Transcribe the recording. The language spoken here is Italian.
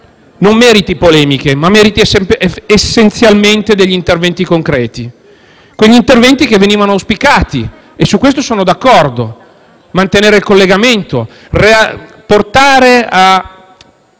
non meriti polemiche, ma meriti essenzialmente degli interventi concreti, quegli interventi che venivano auspicati e sui quali sono d'accordo: mantenere il collegamento, mantenere